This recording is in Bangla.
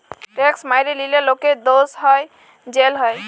ট্যাক্স ম্যাইরে লিলে লকের দস হ্যয় জ্যাল হ্যয়